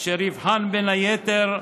אשר יבחן, בין היתר,